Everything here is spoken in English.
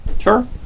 Sure